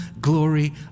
glory